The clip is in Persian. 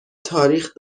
تاریخ